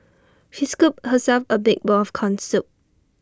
she scooped herself A big bowl of Corn Soup